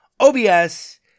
OBS